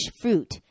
fruit